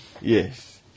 Yes